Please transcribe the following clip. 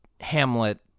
Hamlet